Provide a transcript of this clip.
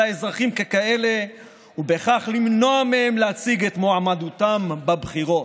האזרחים ככאלה ובכך למנוע מהם להציג את מועמדותם בבחירות.